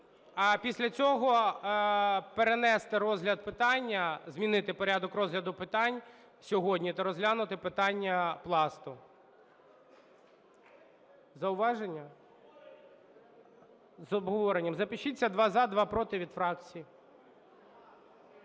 а після цього перенести розгляд питання, змінити порядок розгляду питань сьогодні та розглянути питання Пласту. Зауваження? З обговоренням. Запишіться: два – за, два – проти, - від фракцій.